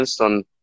on